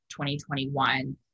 2021